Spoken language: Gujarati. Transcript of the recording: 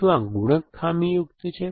શું આ ગુણક ખામીયુક્ત છે